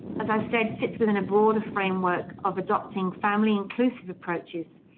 as i said, sits within a broader framework of adopting family inclusive approaches,